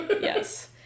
Yes